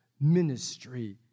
ministry